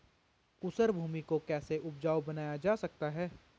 ऊसर भूमि को कैसे उपजाऊ बनाया जा सकता है?